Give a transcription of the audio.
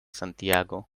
santiago